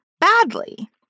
badly